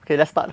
okay let's start